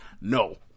no